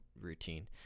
routine